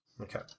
Okay